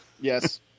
Yes